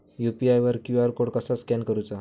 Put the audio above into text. UPI वर QR code कसा scan करूचा?